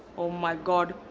my god,